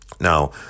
Now